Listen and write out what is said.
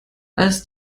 als